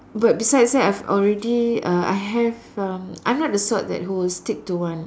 but besides that I've already uh I have um I'm not the sort that who will stick to one